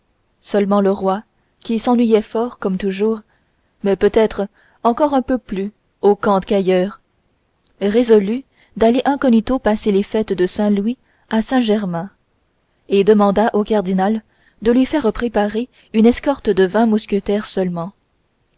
seulement le roi qui s'ennuyait fort comme toujours mais peut-être encore un peu plus au camp qu'ailleurs résolut d'aller incognito passer les fêtes de saint-louis à saint-germain et demanda au cardinal de lui faire préparer une escorte de vingt mousquetaires seulement